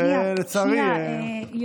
לצערי, לא, לא.